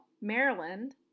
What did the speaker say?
Maryland